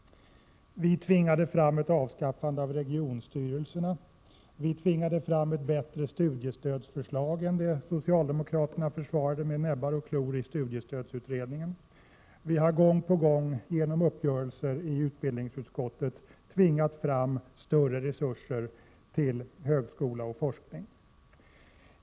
Vi tvingade fram ett avskaffande av regionstyrelserna. Vi tvingade fram ett bättre studiestödsförslag än det socialdemokraterna i studiestödsutredningen försvarade med näbbar och klor. Vi har gång på gång genom uppgörelser i utbildningsutskottet tvingat fråm större resurser till högskola och forskning.